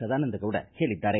ಸದಾನಂದಗೌಡ ಹೇಳಿದ್ದಾರೆ